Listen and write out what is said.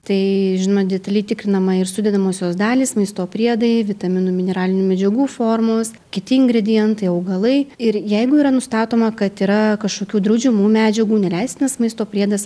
tai žinoma detaliai tikrinama ir sudedamosios dalys maisto priedai vitaminų mineralinių medžiagų formos kiti ingredientai augalai ir jeigu yra nustatoma kad yra kažkokių draudžiamų medžiagų neleistinas maisto priedas